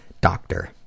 DOCTOR